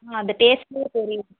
ஆ அந்த டேஸ்ட்டிலே தெரியுது